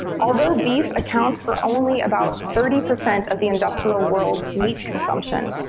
although beef accounts for only about thirty percent of the industrial world's meat consumption,